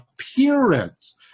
appearance